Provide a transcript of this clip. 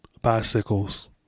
Bicycles